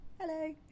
Hello